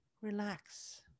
relax